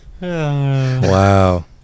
Wow